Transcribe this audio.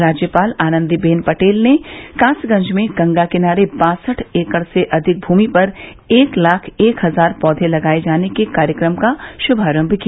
राज्यपाल आनन्दी बेन पटेल ने कासगंज में गंगा किनारे बासठ एकड़ से अधिक भूमि पर एक लाख एक हजार पौधे लगाये जाने के कार्यक्रम का शुभारम्म किया